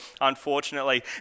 unfortunately